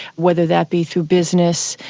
whether that be through business,